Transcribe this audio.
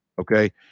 okay